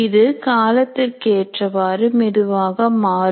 இது காலத்திற்கேற்றவாறு மெதுவாக மாறும்